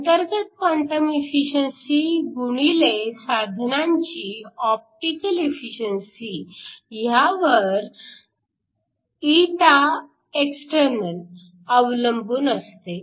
अंतर्गत quantum efficiency गुणिले साधनांची ऑप्टिकल एफिशिअन्सी यावर ही η ext अवलंबून असते